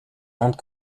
rendre